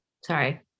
Sorry